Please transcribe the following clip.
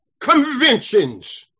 conventions